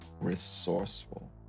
resourceful